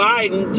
Biden